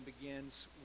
begins